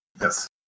Yes